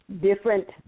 different